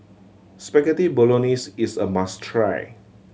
Spaghetti Bolognese is a must try